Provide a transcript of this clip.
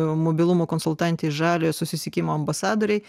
mobilumo konsultantei žaliojo susisiekimo ambasadorei